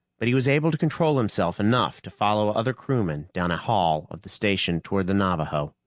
but he was able to control himself enough to follow other crewmen down a hall of the station toward the navaho.